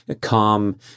calm